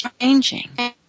changing